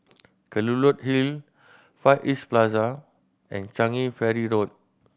Kelulut Hill Far East Plaza and Changi Ferry Road